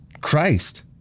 Christ